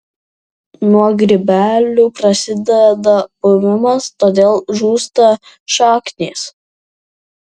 nuo grybelių prasideda puvimas todėl žūsta šaknys